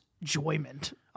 enjoyment